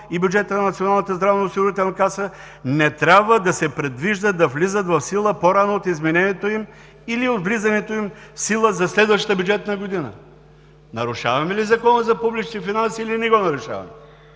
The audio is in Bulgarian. бюджет, за бюджета на ДОО и бюджета на НЗОК, не трябва да се предвижда да влизат в сила по-рано от изменението им или от влизането им в сила за следващата бюджетна година“. Нарушаваме ли Закона за публичните финанси, или не го нарушаваме?